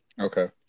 Okay